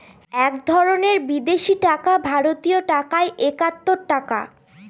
এক ধরনের বিদেশি টাকা ভারতীয় টাকায় একাত্তর টাকা